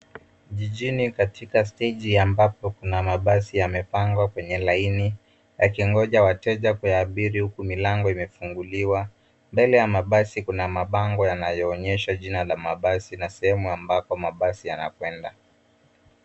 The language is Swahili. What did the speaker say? Jijini katika steji ambapo kuna mabasi yamepangwa kwenye laini yakingoja wateja kuyaabiri huku milango imefunguliwa. Mbele ya mabasi kuna mabango yanayoonyesha jina la mabasi na sehemu ambapo mabasi yanakwenda.